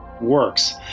works